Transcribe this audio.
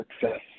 Success